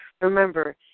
Remember